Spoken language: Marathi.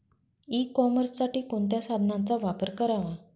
ई कॉमर्ससाठी कोणत्या साधनांचा वापर करावा?